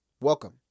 Welcome